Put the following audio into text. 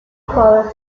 follows